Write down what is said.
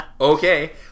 Okay